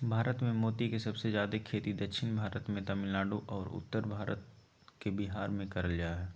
भारत मे मोती के सबसे जादे खेती दक्षिण भारत मे तमिलनाडु आरो उत्तर भारत के बिहार मे करल जा हय